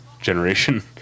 generation